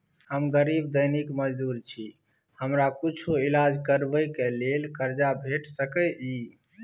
हम गरीब दैनिक मजदूर छी, हमरा कुछो ईलाज करबै के लेल कर्जा भेट सकै इ?